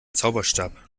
zauberstab